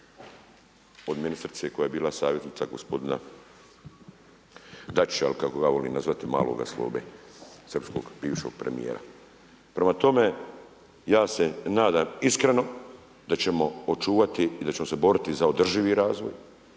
Od ministrice koja je bila savjetnica gospodina Dačića, ali kako ga ja volim nazvati maloga Slobe. Srpskog bivšeg premijera. Prema tome, ja se nadam iskreno, da ćemo očuvati i da ćemo se boriti za održivi razvoj